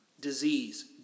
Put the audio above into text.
Disease